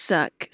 Suck